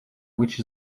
which